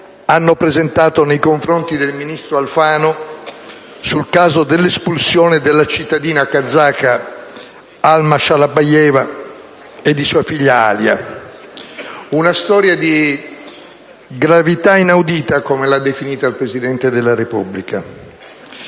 hanno presentato nei confronti del ministro Alfano sul caso dell'espulsione della cittadina kazaka Alma Shalabayeva e di sua figlia Alua. Una storia di gravità inaudita, come l'ha definita il Presidente della Repubblica.